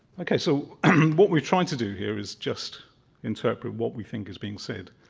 okay. so what we're trying to do here is just interpret what we think is being said.